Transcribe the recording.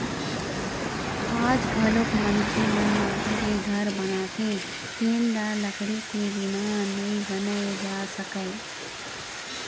आज घलोक मनखे मन माटी के घर बनाथे तेन ल लकड़ी के बिना नइ बनाए जा सकय